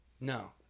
No